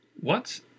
What